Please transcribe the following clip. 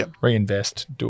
Reinvest